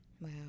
Wow